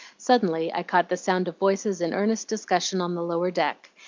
suddenly i caught the sound of voices in earnest discussion on the lower deck,